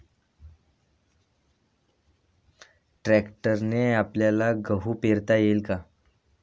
ट्रॅक्टरने आपल्याले गहू पेरता येईन का?